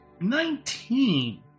Nineteen